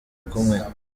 kumwe